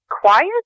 quiet